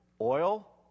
Oil